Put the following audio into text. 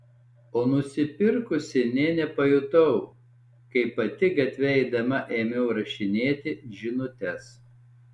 o nusipirkusi nė nepajutau kaip pati gatve eidama ėmiau rašinėti žinutes